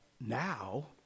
now